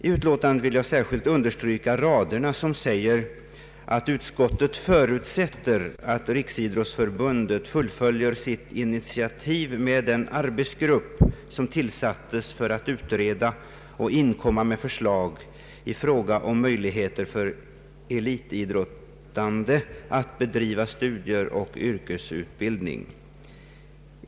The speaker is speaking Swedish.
I utlåtandet vill jag särskilt under stryka de rader som säger att utskottet förutsätter att Riksidrottsförbundet fullföljer sitt initiativ med den arbetsgrupp som tillsattes för att utreda och inkomma med förslag i fråga om möjligheter för elitidrottande att bedriva studier och yrkesutbildning.